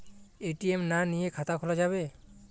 ATM না নিয়ে খাতা খোলা যাবে?